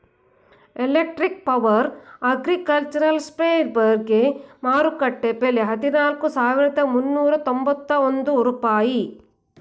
electric power agricultural ಸ್ಪ್ರೆಯರ್ಗೆ ಮಾರುಕಟ್ಟೆ ಬೆಲೆ ಹದಿನಾಲ್ಕು ಸಾವಿರದ ಮುನ್ನೂರ ಎಂಬತ್ತೊಂದು ರೂಪಾಯಿ